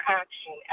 action